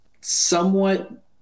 somewhat